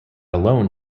alone